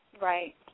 Right